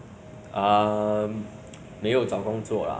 temperature scan oh 没有 lah 那个昨天 mah 我跟你讲的